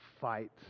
fight